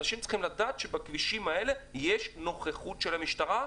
אנשים צריכים לדעת שבכבישים האלה יש נוכחות של המשטרה,